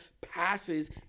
passes